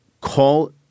call